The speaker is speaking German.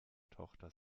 tochter